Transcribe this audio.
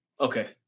Okay